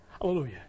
Hallelujah